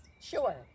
Sure